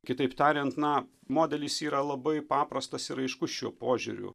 kitaip tariant na modelis yra labai paprastas ir aiškus šiuo požiūriu